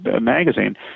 magazine